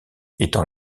étant